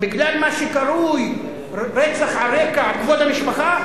בגלל מה שקרוי רצח על רקע כבוד המשפחה,